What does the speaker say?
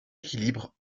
équilibre